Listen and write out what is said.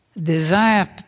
Desire